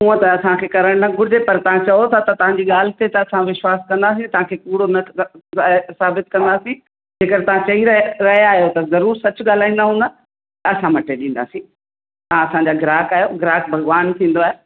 हूअं त असांखे करणु न घुरिजे पर तव्हां चओ था त तव्हांजी ॻाल्हि ते त असां विश्वासु कंदासीं तव्हांखे कूड़ न साबितु कंदासीं जेकर तव्हां चई रहिया रहिया आहियो त ज़रूर सच ॻाल्हाईंदा हूंदा असां मटे ॾींदासीं तव्हां असांजा ग्राहक आहियो ग्राहक भॻवानु थींदो आहे